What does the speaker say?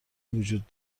وجود